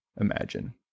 imagine